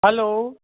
hello